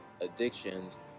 addictions